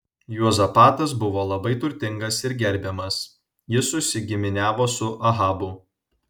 juozapatas buvo labai turtingas ir gerbiamas jis susigiminiavo su ahabu